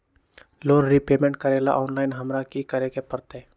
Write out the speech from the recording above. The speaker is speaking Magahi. लोन रिपेमेंट करेला ऑनलाइन हमरा की करे के परतई?